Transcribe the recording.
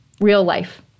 real-life